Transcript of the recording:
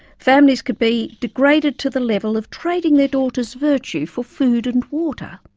families could be degraded to the level of trading their daughters' virtue for food and water.